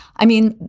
i mean,